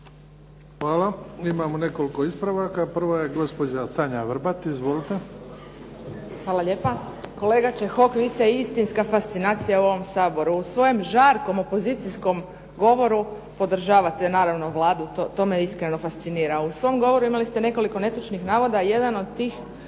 Hvala. Imamo nekoliko ispravaka. Prava je gospođa Tanja Vrbat. Izvolite. **Vrbat Grgić, Tanja (SDP)** Hvala lijepa. Kolega Čehok vi ste istinska fascinacija u ovom Saboru. U svojem žarkom opozicijskom govoru, podržavate naravno Vladu, to me iskreno fascinira. A u svom govoru imali ste nekoliko netočnih navoda. Jedan od njih